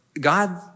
god